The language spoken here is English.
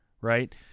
Right